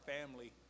family